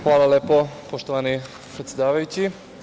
Hvala lepo, poštovani predsedavajući.